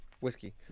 Whiskey